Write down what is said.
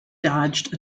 dodged